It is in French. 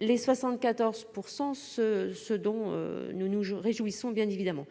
les 74 %, ce dont nous nous réjouissons. Toutefois,